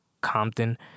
Compton